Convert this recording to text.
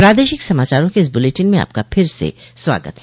प्रादेशिक समाचारों के इस बुलेटिन में आपका फिर से स्वागत है